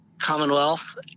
Commonwealth